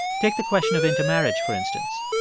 take the question of intermarriage, for instance.